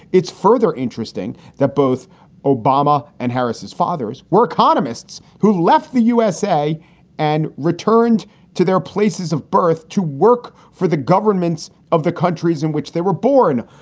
it's further interesting that both obama and harris fathers were economists who left the usa and returned to their places of birth to work for the governments of the countries in which they were born.